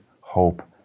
hope